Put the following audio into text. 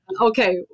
Okay